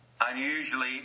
Unusually